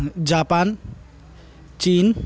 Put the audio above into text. Japan Chin